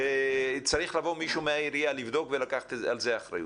שצריך לבוא מישהו מהעירייה לבדוק ולקחת על זה אחריות.